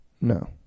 No